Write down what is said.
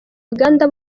uganda